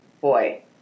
boy